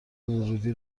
ورودی